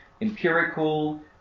empirical